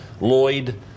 Lloyd